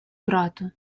брату